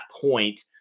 point